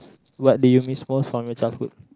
what do you miss most from your childhood